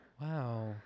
Wow